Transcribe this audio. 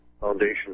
foundation